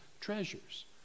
treasures